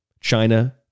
China